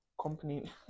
company